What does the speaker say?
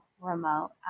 remote